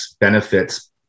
benefits